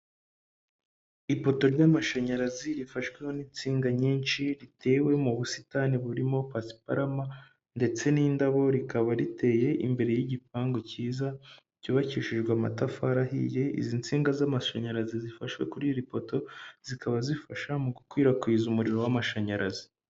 Ipoto ry'amashanyarazi rifashweho n'insinga nyinshi, ritewe mu busitani burimo pasiparamu ndetse n'indabo, rikaba riteye imbere y'igipangu cyiza cyubakishijwe amatafari ahiye, izi nsinga z'amashanyarazi zifashe kuri iri poto, zikaba zifasha mu gukwirakwiza umuriro w'amashanyarazi.